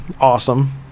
awesome